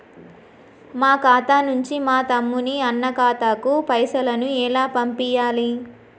మా ఖాతా నుంచి మా తమ్ముని, అన్న ఖాతాకు పైసలను ఎలా పంపియ్యాలి?